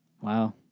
Wow